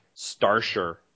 Starsher